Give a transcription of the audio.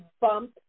bump